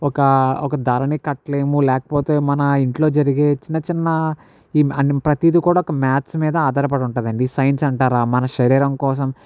ఒకా ఒక ధరని కట్టలేము మన ఇంట్లో జరిగే చిన్న చిన్న ప్రతీది కూడా ఒక మాథ్స్ మీదే ఆధారపడి ఉంటుందండి సైన్స్ అంటారా మన శరీరం కోసం